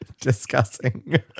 discussing